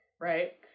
Right